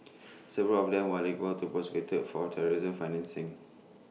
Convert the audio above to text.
several of them were liable to prosecuted for terrorism financing